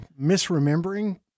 misremembering